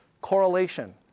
correlation